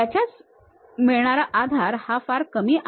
त्याच्याने मिळणार आधार हा फारच कमी आहे